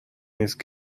نیست